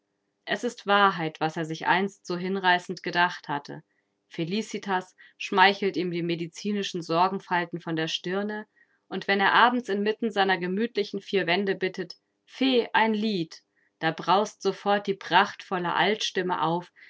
es ist wahrheit was er sich einst so hinreißend gedacht hatte felicitas schmeichelt ihm die medizinischen sorgenfalten von der stirne und wenn er abends inmitten seiner gemütlichen vier wände bittet fee ein lied da braust sofort die prachtvolle altstimme auf